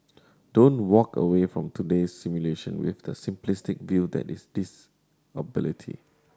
don't walk away from today's simulation with the simplistic view that is disability